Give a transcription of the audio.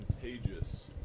contagious